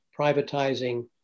privatizing